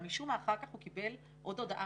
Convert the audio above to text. אבל משום מה אחר כך הוא קיבל עוד הודעה